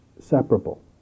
separable